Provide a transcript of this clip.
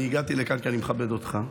אני הגעתי לכאן כי אני מכבד אותך,